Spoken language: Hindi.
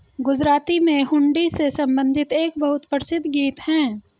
गुजराती में हुंडी से संबंधित एक बहुत प्रसिद्ध गीत हैं